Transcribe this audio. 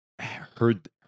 heard